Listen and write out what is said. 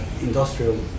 industrial